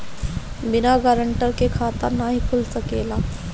बिना गारंटर के खाता नाहीं खुल सकेला?